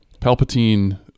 Palpatine